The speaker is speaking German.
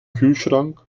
kühlschrank